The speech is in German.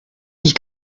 ich